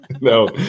No